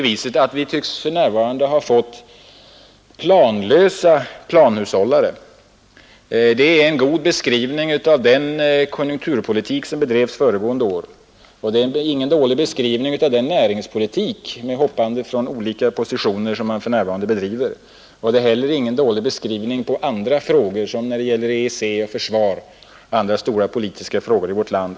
Vi tycks för närvarande ha fått planlösa planhushållare. Det är en god beskrivning av den konjunkturpolitik som bedrevs föregående år, och det är ingen dålig beskrivning av den näringspolitik med hoppande från olika positioner som man för närvarande bedriver. Det är heller ingen dålig beskrivning på handlandet när det gäller EEC, försvaret och andra stora politiska frågor i vårt land.